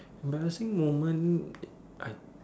embarrassing moment I